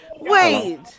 Wait